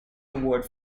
award